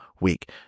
week